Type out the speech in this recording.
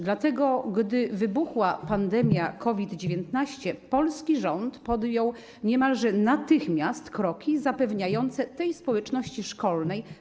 Dlatego gdy wybuchła pandemia COVID-19, polski rząd podjął niemalże natychmiast kroki zapewniające bezpieczeństwo społeczności szkolnej.